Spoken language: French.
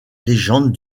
légende